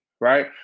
right